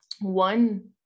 one